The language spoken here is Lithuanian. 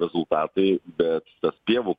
rezultatai bet tas pievų